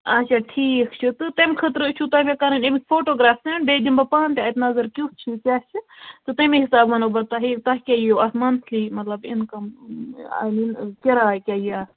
اَچھا ٹھیٖک چھُ تہٕ تَمہِ خٲطرٕ چھُو تۄہہِ مےٚ کَرٕنۍ اَمِکۍ فوٹوٗگرٛاف سیٚنٛڈ بیٚیہِ دِمہٕ بہٕ پانہٕ تہِ نَظَر کٮُ۪تھ چھُ کیٛاہ چھُ تہٕ تمی حِساب وَنو بہٕ تۄہہِ تۄہہِ کیٛاہ ییٖوٕ اَتھ مَنتھلی مَطلَب اِنکم یہِ کِراے کیٛاہ یِیہِ اَتھ